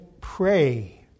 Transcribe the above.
pray